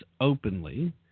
openly